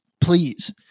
please